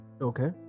Okay